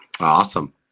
Awesome